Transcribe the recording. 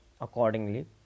accordingly